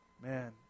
Man